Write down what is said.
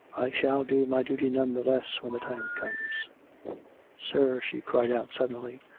i shall do my duty none the less when the time comes sir! she cried out suddenly.